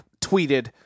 tweeted